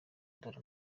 dore